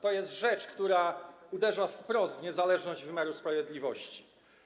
To jest rzecz, która uderza wprost w niezależność wymiaru sprawiedliwości.